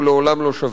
הוא לעולם לא שווה.